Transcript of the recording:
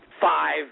five